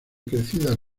crecidas